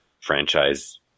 franchise